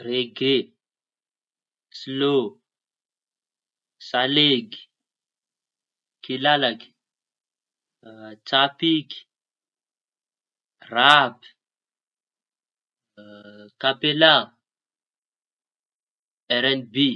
Rege, slô, salegy, kilalaky, tsapiky, rapy, a- akapela, RNB.